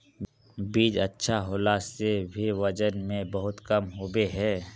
बीज अच्छा होला से भी वजन में बहुत कम होबे है?